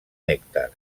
nèctar